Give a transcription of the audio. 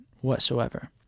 whatsoever